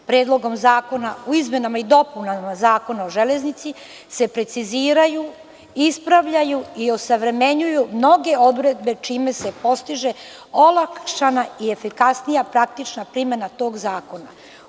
Predlogom zakona o izmenama i dopunama Zakona o železnici se preciziraju, ispravljaju i osavremenjuju mnoge odredbe, čime se postiže olakšana i efikasnija praktična primena tog zakona.